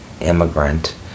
immigrant